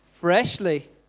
Freshly